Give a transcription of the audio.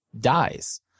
dies